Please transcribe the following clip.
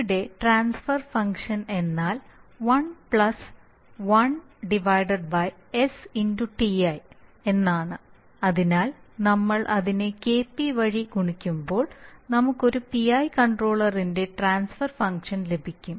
ഇവിടെ transfer function എന്നാൽ 11STi അതിനാൽ നമ്മൾ അതിനെ Kp വഴി ഗുണിക്കുമ്പോൾ നമുക്ക് ഒരു PI കൺട്രോളറിന്റെ ട്രാൻസ്ഫർ ഫംഗ്ഷൻ ലഭിക്കും